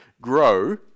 grow